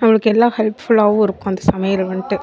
நம்மளுக்கு எல்லா ஹெல்ப்ஃபுல்லாகவும் இருக்கும் அந்த சமையல் வன்ட்டு